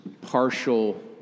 partial